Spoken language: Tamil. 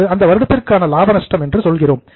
இது அந்த வருடத்திற்கான லாப நஷ்டம் என்று சொல்கிறோம்